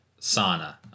sauna